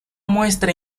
muestra